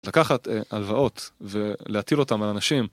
לקחת הלוואות ולהטיל אותן על אנשים.